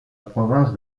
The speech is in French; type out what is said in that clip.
province